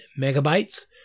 megabytes